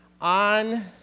on